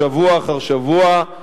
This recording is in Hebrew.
שבוע אחר שבוע,